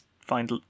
find